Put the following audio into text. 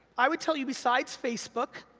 i would tell you besides facebook,